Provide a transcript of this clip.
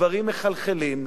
הדברים מחלחלים,